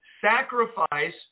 sacrifice